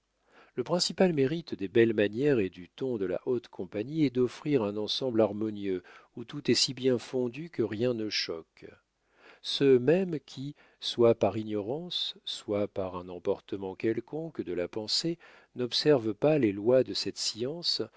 le principal mérite des belles manières et du ton de la haute compagnie est d'offrir un ensemble harmonieux où tout est si bien fondu que rien ne choque ceux mêmes qui soit par ignorance soit par un emportement quelconque de la pensée n'observent pas les lois de cette science